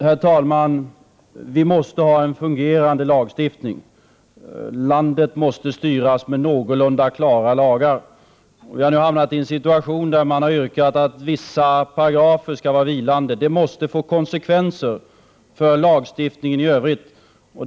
Herr talman! Vi måste ha en fungerande lagstiftning. Landet måste styras med någorlunda klara lagar. Vi har nu hamnat i en situation, där man har yrkat att vissa paragrafer skall förklaras vara vilande. Detta måste få konsekvenser för lagstiftningen i övrigt.